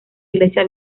iglesia